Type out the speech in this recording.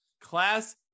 Class